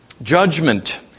judgment